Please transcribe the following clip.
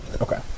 Okay